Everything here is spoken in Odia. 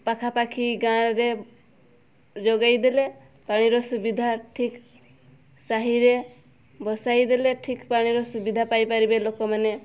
ପାଖାପାଖି ଗାଁରେ ଯୋଗାଇ ଦେଲେ ପାଣିର ସୁବିଧା ଠିକ୍ ସାହିରେ ବସାଇଦେଲେ ଠିକ୍ ପାଣିର ସୁବିଧା ପାଇପାରିବେ ଲୋକମାନେ